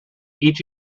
each